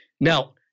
Now